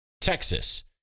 Texas